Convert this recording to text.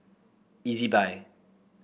E Z buy